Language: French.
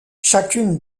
chacune